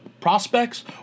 prospects